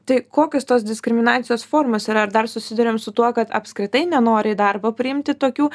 tai kokios tos diskriminacijos formos yra ar dar susiduriam su tuo kad apskritai nenori į darbą priimti tokių